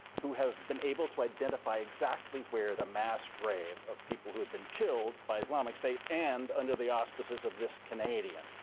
who have been able to identify exactly where the mass grave of people who have been killed by islamic state, and, under the auspices of this canadian,